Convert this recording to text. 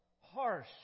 harsh